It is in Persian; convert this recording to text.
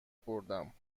بردم